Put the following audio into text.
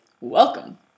Welcome